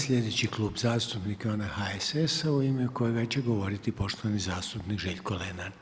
Sljedeći Klub zastupnika je onaj HSS-a u ime kojega će govoriti poštovani zastupnik Željko Lenart.